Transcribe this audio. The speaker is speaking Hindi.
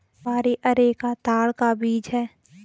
सुपारी अरेका ताड़ का बीज है